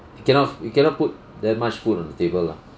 you cannot you cannot put that much food on the table lah